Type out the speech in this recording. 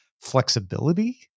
flexibility